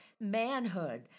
Manhood